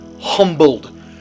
humbled